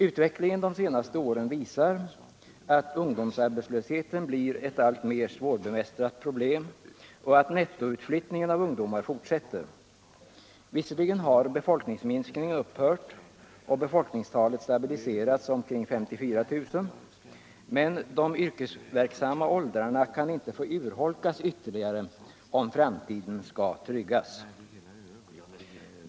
Utvecklingen de senaste åren visar att ungdomsarbetslösheten blir ett alltmer svårbemästrat problem och att nettoutflyttningen av ungdomar fortsätter. Visserligen har befolkningsminskningen upphört och befolkningstalet stabiliserats omkring 54 000, men de yrkesverksamma åldrarna kan inte få urholkas ytterligare, om framtiden skall tryggas.